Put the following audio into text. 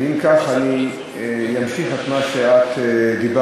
ואם כך, אני אמשיך את מה שאת אמרת.